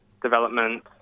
development